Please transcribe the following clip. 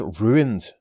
ruined